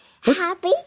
Happy